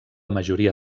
majoria